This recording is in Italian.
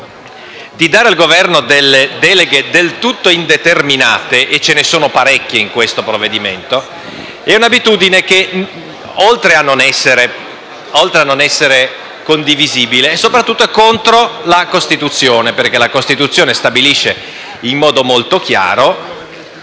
di dare al Governo deleghe del tutto indeterminate - e ce ne sono parecchie in questo provvedimento - oltre a non essere condivisibile, è soprattutto contro la Costituzione, la quale stabilisce in modo molto chiaro